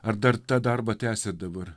ar dar tą darbą tęsiat dabar